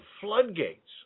floodgates